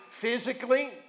physically